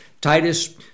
Titus